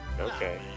Okay